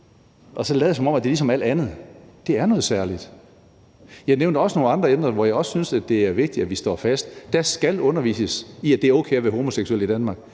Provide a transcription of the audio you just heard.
og så lade, som om den er ligesom alt andet. Den er noget særligt. Jeg nævnte også nogle andre emner, hvor jeg også synes det er vigtigt at vi står fast. Der skal undervises i, at det er okay at være homoseksuel i Danmark